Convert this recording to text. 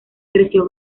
creció